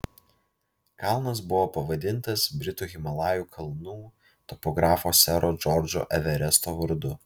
kalnas buvo pavadintas britų himalajų kalnų topografo sero džordžo everesto vardu